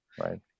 right